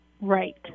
right